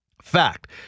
Fact